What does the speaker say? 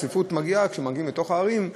הצפיפות מגיעה כשמגיעים לתוך הערים,